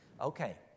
Okay